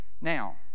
Now